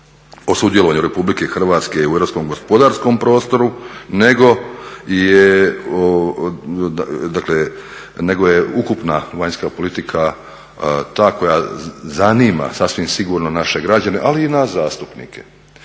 o sudjelovanju RH u europskog gospodarskom prostoru nego je, nego je ukupna vanjska politika ta koja zanima sasvim sigurno naše građane, ali i nas zastupnike.